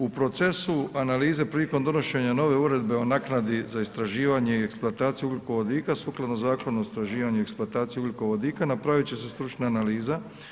U procesu analize prilikom donošenja nove Uredbe o naknadi za istraživanje i eksploataciju ugljikovodika sukladno Zakonu o istraživanju i eksploataciju ugljikovodika napravit će se stručna analiza.